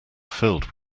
filled